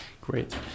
Great